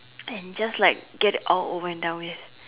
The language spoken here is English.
and just like get it all over and done with